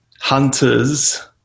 hunters